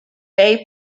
bay